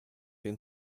been